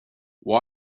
why